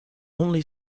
only